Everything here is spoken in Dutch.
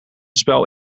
spel